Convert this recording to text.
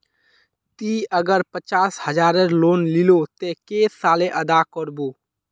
ती अगर पचास हजारेर लोन लिलो ते कै साले अदा कर बो?